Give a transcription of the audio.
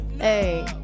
Hey